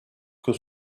que